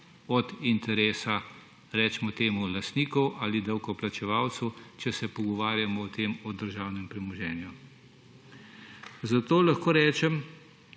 od interesa lastnikov ali davkoplačevalcev, če se pogovarjamo o državnem premoženju. Zato lahko rečem,